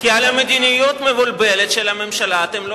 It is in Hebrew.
כי על מדיניות מבולבלת של הממשלה אתם כבר לא